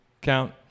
count